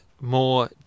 more